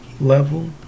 level